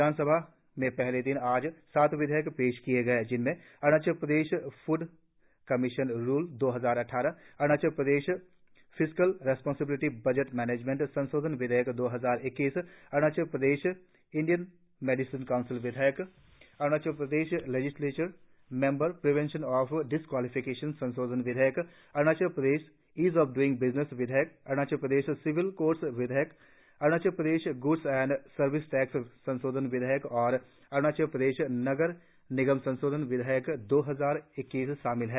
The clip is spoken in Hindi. विधानसभा में पहले दिन आज सात विधेयक पेश किए गए जिसमें Arunachal Pradesh food commission rule दो हजार अद्वारह Arunachal Pradesh fiscal responsibility budget management संशोधन विधेयक दो हजार इक्कीस Arunachal Pradesh Indian medicine council विधेयक Arunachal Pradesh legislature member prevention of disqualification संशोधन विधेयक Arunachal Pradesh ease of doing business विधेयक अरुणाचल प्रदेश सिविल कोर्ट्स विधेयक Arunachal Pradesh goods and service tax संशोधन विधेयक और अरुणाचल प्रदेश नगर निगम संशोधन विधेयक दो हजार इक्कीस शामिल है